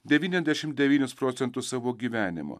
devyniasdešim devynis procentus savo gyvenimo